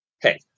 hey